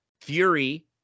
Fury